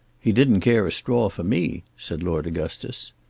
he didn't care a straw for me, said lord augustus.